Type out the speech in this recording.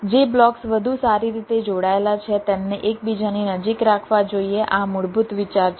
જે બ્લોક્સ વધુ સારી રીતે જોડાયેલા છે તેમને એકબીજાની નજીક રાખવા જોઈએ આ મૂળભૂત વિચાર છે